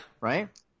right